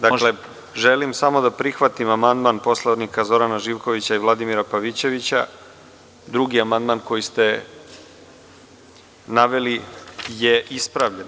Dakle, želim samo da prihvatim amandman poslanika Zorana Živkovića i Vladimira Pavićevića, drugi amandman koji ste naveli je ispravljen.